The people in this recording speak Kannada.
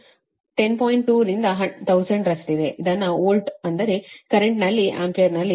2 ರಿಂದ 1000 ರಷ್ಟಿದೆ ಇದನ್ನು ವೋಲ್ಟ್ ಆದರೆ ಕರೆಂಟ್ ಇಲ್ಲಿ ಆಂಪಿಯರ್ ಗೆ ತಯಾರಿಸಿದ್ದೇವೆ